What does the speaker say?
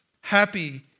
Happy